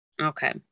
Okay